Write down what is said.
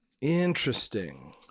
Interesting